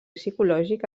psicològic